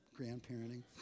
grandparenting